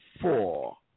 four